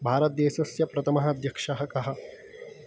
भारतदेशस्य प्रथमः अध्यक्षः कः